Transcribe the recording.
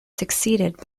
succeeded